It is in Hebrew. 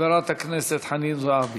חברת הכנסת חנין זועבי.